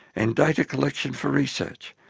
and data collection for research,